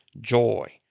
joy